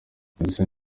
producer